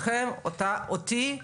אותי,